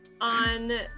on